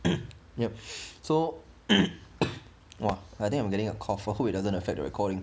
yup so !wah! I think I'm getting a cough hope it doesn't affect the recording